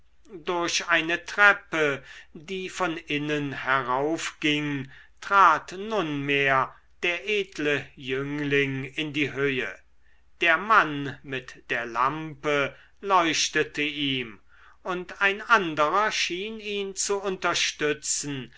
durch eine treppe die von innen heraufging trat nunmehr der edle jüngling in die höhe der mann mit der lampe leuchtete ihm und ein anderer schien ihn zu unterstützen